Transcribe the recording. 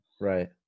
Right